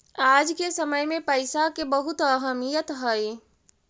आज के समय में पईसा के बहुत अहमीयत हई